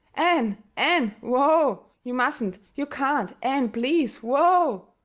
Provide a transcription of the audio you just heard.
ann, ann, whoa! you mustn't you can't! ann, please whoa!